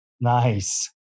Nice